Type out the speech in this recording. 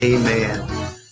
Amen